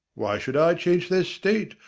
why should i change their state,